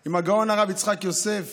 אם הגאון הרב יצחק יוסף